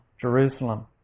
Jerusalem